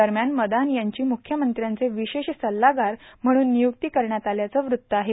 दरम्यान मदान यांची मुख्यमंत्र्यांचे विशेष सल्लागार म्हणून नियुक्ती करण्यात आल्याचं वृत्त आहे